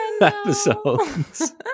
episodes